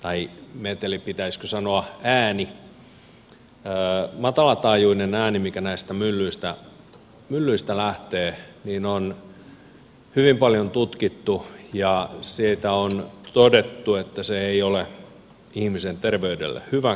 meteliä tai meteliä pitäisikö sanoa ääntä matalataajuuksista ääntä mikä näistä myllyistä lähtee on hyvin paljon tutkittu ja siitä on todettu että se ei ole ihmisen terveydelle hyväksi